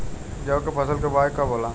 गेहूं के फसल के बोआई कब होला?